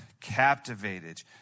captivated